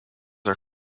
are